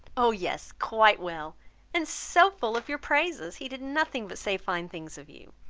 oh! yes, quite well and so full of your praises, he did nothing but say fine things of you.